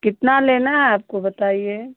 कितना लेना है आपको बताइए